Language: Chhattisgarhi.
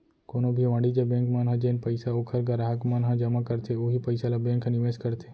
कोनो भी वाणिज्य बेंक मन ह जेन पइसा ओखर गराहक मन ह जमा करथे उहीं पइसा ल बेंक ह निवेस करथे